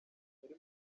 yari